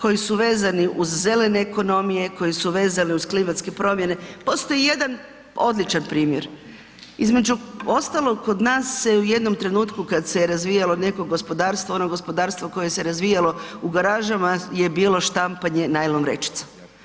koji su vezani uz zelene ekonomije, koje su vezane uz klimatske promjene, postoji jedan odličan primjer, između ostalog kod nas se u jednom trenutku kad se razvijalo neko gospodarstvo, ono gospodarstvo koje se razvijalo u garažama je bilo štampanje najlon vrećica.